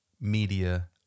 media